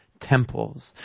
temples